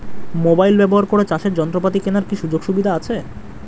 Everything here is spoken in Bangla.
মোবাইল ব্যবহার করে চাষের যন্ত্রপাতি কেনার কি সুযোগ সুবিধা আছে?